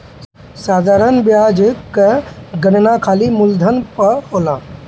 साधारण बियाज कअ गणना खाली मूलधन पअ होला